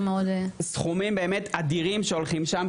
סכומים באמת אדירים שהולכים שם,